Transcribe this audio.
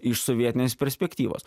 iš sovietinės perspektyvos